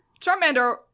Charmander